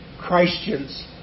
Christians